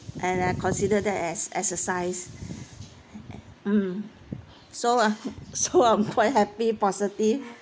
and I consider that as exercise um so uh so I'm quite happy positive